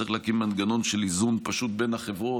צריך להקים מנגנון של איזון פשוט בין החברות.